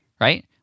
right